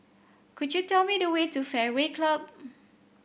could you tell me the way to Fairway Club